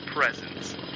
presence